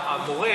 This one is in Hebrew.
שהמורה,